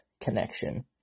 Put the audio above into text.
connection